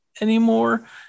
anymore